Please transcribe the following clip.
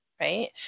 Right